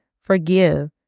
Forgive